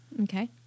Okay